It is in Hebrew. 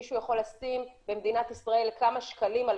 מישהו יכול לשים במדינת ישראל כמה שקלים על